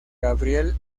gabriel